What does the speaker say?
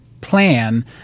plan